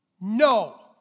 No